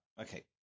Okay